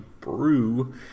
Brew